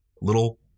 little